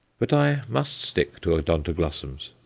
but i must stick to odontoglossums.